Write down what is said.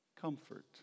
Comfort